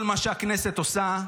כל מה שהכנסת עושה,